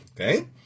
Okay